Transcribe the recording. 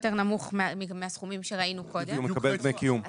סיוע בשכר דירה לנכה לומד 9ד. נכה מחוסר דיור שדרגת נכותו 50% לפחות,